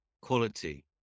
quality